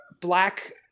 black